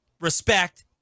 respect